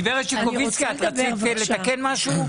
גברת שקוביצקי, את רצית לתקן משהו?